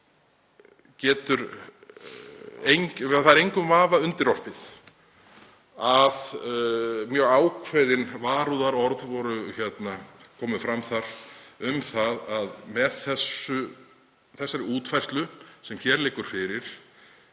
Það er engum vafa undirorpið að mjög ákveðin varúðarorð komu fram þar um að með þeirri útfærslu sem hér liggur fyrir